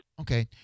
Okay